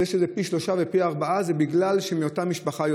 וזה שזה פי שלושה ופי ארבעה זה בגלל שיש יותר חולים מאותה משפחה.